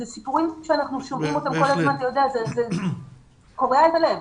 אלה סיפורים שאנחנו שומעים אותם כל הזמן וזה קורע את הלב.